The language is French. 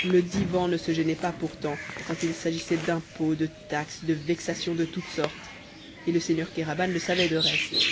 le divan ne se gênait pas pourtant quand il s'agissait d'impôts de taxes de vexations de toutes sortes et le seigneur kéraban le savait de reste